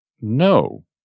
No